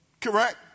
Correct